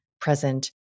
present